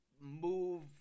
move